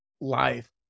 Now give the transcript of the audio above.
life